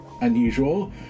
unusual